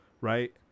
right